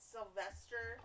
Sylvester